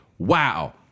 Wow